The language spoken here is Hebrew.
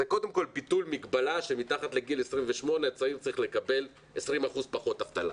זה קודם כול ביטול מגבלה שמתחת לגיל 28 צעיר צריך לקבל 20% פחות אבטלה.